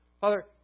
Father